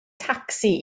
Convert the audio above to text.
tacsi